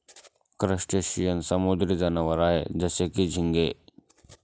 crustacean समुद्री जनावर आहे जसं की, झिंगे